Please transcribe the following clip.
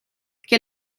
que